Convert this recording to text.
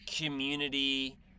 community